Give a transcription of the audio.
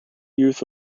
youth